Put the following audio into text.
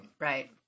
Right